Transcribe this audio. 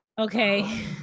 Okay